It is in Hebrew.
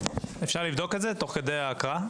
אפשר לבדוק את זה תוך כדי ההקראה?